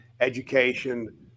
education